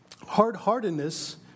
hard-heartedness